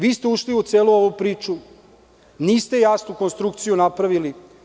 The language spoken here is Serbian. Vi ste ušli u celu ovu priču, a niste jasnu konstrukciju napravili.